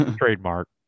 trademark